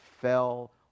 fell